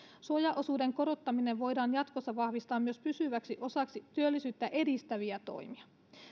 suojaosuuden korottaminen voidaan jatkossa vahvistaa myös pysyväksi osaksi työllisyyttä edistäviä toimia